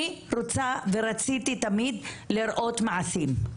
אני רוצה, ורציתי תמיד, לראות מעשים.